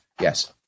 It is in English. Yes